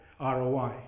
ROI